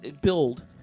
build